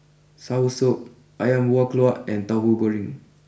Soursop Ayam Buah Keluak and Tauhu Goreng